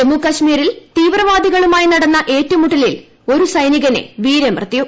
ജമ്മുകാശ്മീരിൽ തീവ്രവാദികളുമായി നടന്ന ഏറ്റുമുട്ടലിൽ ഒരു സൈനികന് വീരമൃത്യു